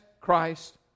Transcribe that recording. Christ